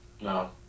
No